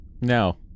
No